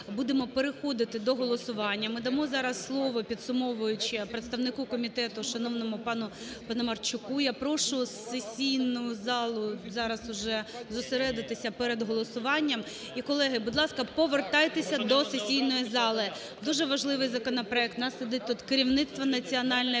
будемо переходити до голосування. Ми дамо зараз слово підсумовуюче представнику комітету шановному пану Паламарчуку. Я прошу сесійну залу зараз уже зосередитися перед голосуванням. І, колеги, будь ласка, повертайтеся до сесійної зали. Дуже важливий законопроект, у нас сидить тут керівництво Національної